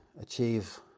achieve